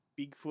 Bigfoot